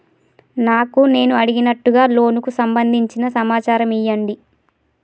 నాకు నేను అడిగినట్టుగా లోనుకు సంబందించిన సమాచారం ఇయ్యండి?